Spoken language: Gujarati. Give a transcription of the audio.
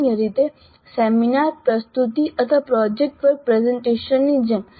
સામાન્ય રીતે સેમિનાર પ્રસ્તુતિ અથવા પ્રોજેક્ટ વર્ક પ્રેઝન્ટેશનની જેમ